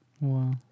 Wow